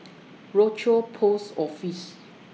Rochor Post Office